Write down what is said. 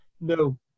no